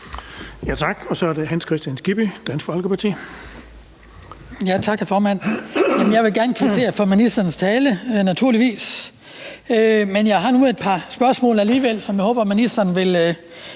Jeg vil gerne kvittere for ministerens tale, naturligvis. Men jeg har nu et par spørgsmål alligevel, som jeg håber ministeren vil